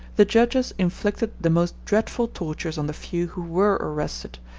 the judges inflicted the most dreadful tortures on the few who were arrested,